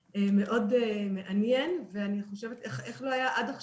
מאוד מעניין ואני חושבת על איך זה לא קרה עד עכשיו,